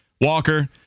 Walker